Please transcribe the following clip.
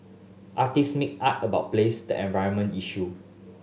artist make art about place the environment issue